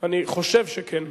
אני חושב שכן.